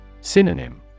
Synonym